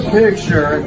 picture